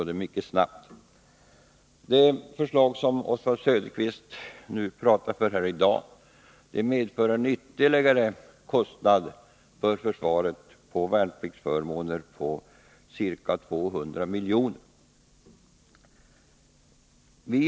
Det förslag om värnpliktsförmåner som Oswald Söderqvist talar för i dag medför en ytterligare kostnad för försvaret på ca 200 miljoner.